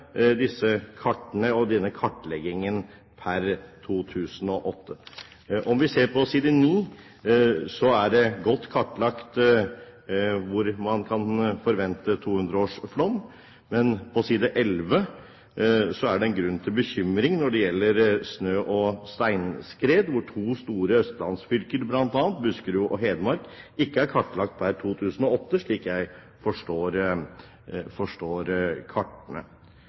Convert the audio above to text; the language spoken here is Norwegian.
disse kartene og denne kartleggingen, per 2008. Om vi ser på side 9 i Riksrevisjonens rapport, er det godt kartlagt hvor man kan forvente 200-årsflom. Men på side 11 er det grunn til bekymring når det gjelder snø- og steinskred, for to store østlandsfylker, Buskerud og Hedmark, er ikke kartlagt per 2008, slik jeg forstår kartene.